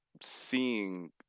seeing